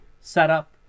setup